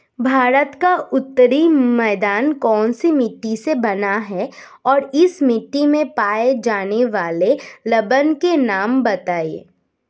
भारत का उत्तरी मैदान कौनसी मिट्टी से बना है और इस मिट्टी में पाए जाने वाले लवण के नाम बताइए?